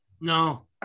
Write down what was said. No